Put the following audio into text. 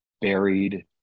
buried